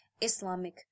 Islamic